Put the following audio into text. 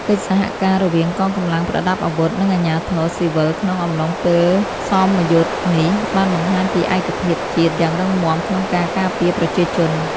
កិច្ចសហការរវាងកងកម្លាំងប្រដាប់អាវុធ និងអាជ្ញាធរស៊ីវិលក្នុងអំឡុងពេលសមយុទ្ធនេះ បានបង្ហាញពីឯកភាពជាតិយ៉ាងរឹងមាំក្នុងការការពារប្រជាជន។